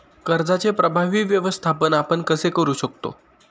कर्जाचे प्रभावी व्यवस्थापन आपण कसे करु शकतो?